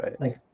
Right